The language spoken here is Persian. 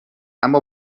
اما